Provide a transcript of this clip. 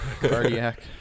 cardiac